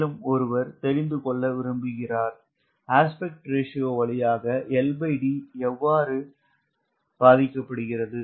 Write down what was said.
மேலும் ஒருவர் தெரிந்து கொள்ள விரும்புகிறார் விகித விகிதம் வழியாக LD எவ்வாறு பாதிக்கப்படுகிறது